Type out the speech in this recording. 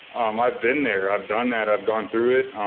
um i've been there, i've done that, i've gone through it.